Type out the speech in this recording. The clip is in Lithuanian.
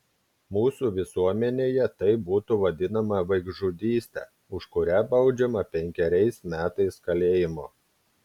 mūsų visuomenėje tai būtų vadinama vaikžudyste už kurią baudžiama penkeriais metais kalėjimo